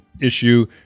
issue